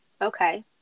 Okay